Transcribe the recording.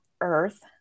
earth